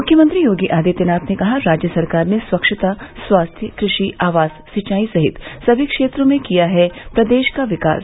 मुख्यमंत्री योगी आदित्यनाथ ने कहा राज्य सरकार ने स्वच्छता स्वास्थ्य कृषि आवास सिंचाई सहित सभी क्षेत्रों में किया है प्रदेश का विकास